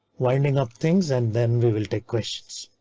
winding up things and then we will take questions.